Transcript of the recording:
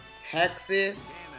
Texas